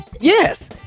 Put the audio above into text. yes